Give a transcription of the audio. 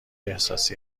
احساسی